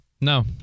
No